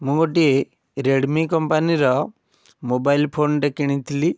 ମୁଁ ଗୋଟିଏ ରେଡ଼୍ମି କମ୍ପାନୀର ମୋବାଇଲ୍ ଫୋନ୍ଟେ କିଣିଥିଲି